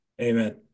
Amen